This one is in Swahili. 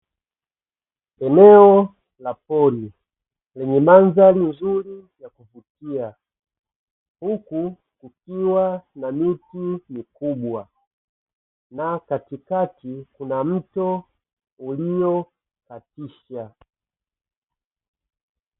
Eneo la pori lenye mandhari nzuri ya kuvutia, huku kukiwa na miti mikubwa na katikati kuna mto uliokatisha.